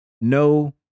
No